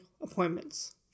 appointments